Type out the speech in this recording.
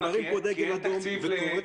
אני מרים פה דגל אדום מאוד וקורא --- למה?